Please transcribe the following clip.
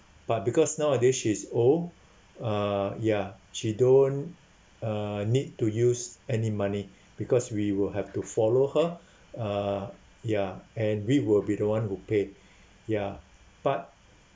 but because nowadays she's old uh ya she don't uh need to use any money because we will have to follow her uh ya and we will be the one who pay ya but